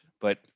But-